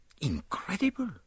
Incredible